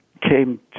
came